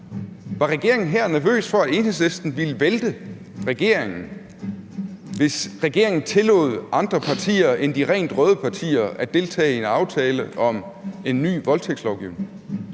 Var regeringen her nervøs for, at Enhedslisten ville vælte regeringen, hvis regeringen tillod andre partier end de rent røde partier at deltage i en aftale om en ny voldtægtslovgivning?